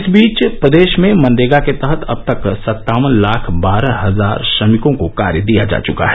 इस बीच प्रदेश में मनरेगा के तहत अब तक सत्तावन लाख बारह हजार श्रमिकों को कार्य दिया जा चका है